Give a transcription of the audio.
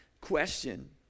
question